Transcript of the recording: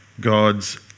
God's